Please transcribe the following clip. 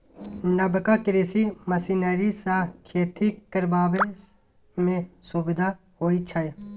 नबका कृषि मशीनरी सँ खेती करबा मे सुभिता होइ छै